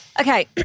okay